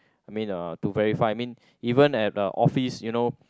I mean uh to verify I mean even at the office you know